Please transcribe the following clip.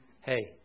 Hey